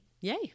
Yay